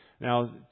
Now